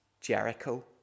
Jericho